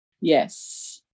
Yes